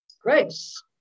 grace